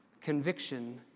conviction